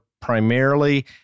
primarily